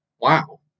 Wow